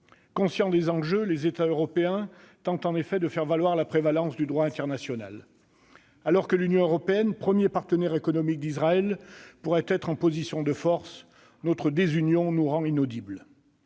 Conscients des enjeux, les États européens tentent en effet de faire valoir la prévalence du droit international. Alors que l'Union européenne, premier partenaire économique d'Israël, pourrait être en position de force, notre désunion nous rend inaudibles.